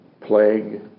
plague